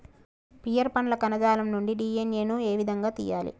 Pear పండ్ల కణజాలం నుండి డి.ఎన్.ఎ ను ఏ విధంగా తియ్యాలి?